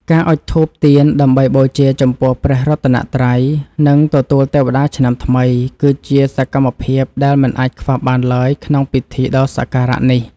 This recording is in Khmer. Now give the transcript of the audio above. ការអុជធូបទៀនដើម្បីបូជាចំពោះព្រះរតនត្រ័យ និងទទួលទេវតាឆ្នាំថ្មី គឺជាសកម្មភាពដែលមិនអាចខ្វះបានឡើយក្នុងពិធីដ៏សក្ការៈនេះ។